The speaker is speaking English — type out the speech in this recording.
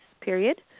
period